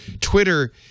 Twitter